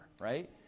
right